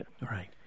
right